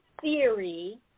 theory